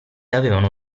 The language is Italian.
avevano